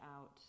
out